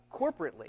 corporately